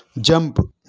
jump